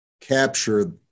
capture